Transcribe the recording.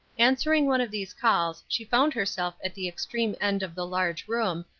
answering one of these calls she found herself at the extreme end of the large room,